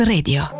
Radio